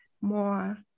more